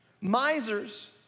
Misers